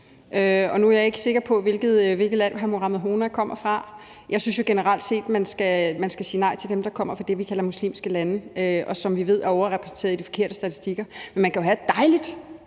Nu er jeg ikke sikker på, hvilket land hr. Mohammad Rona kommer fra. Jeg synes jo generelt set, man skal sige nej til dem, som kommer fra det, vi kalder muslimske lande, og som vi ved er overrepræsenterede i de forkerte statistikker. Man kan jo have et dejligt,